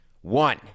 One